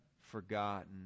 forgotten